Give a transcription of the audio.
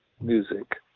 music